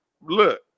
Look